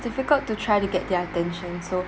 difficult to try to get their attention so